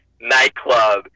nightclub